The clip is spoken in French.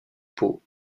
pau